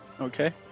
Okay